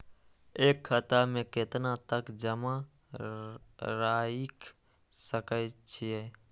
एक खाता में केतना तक जमा राईख सके छिए?